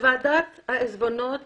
עם וועדת העיזבונות